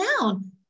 down